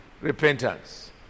repentance